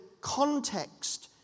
context